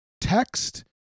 text